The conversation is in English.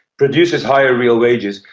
produces higher real wages,